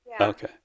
okay